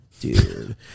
dude